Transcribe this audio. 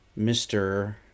Mr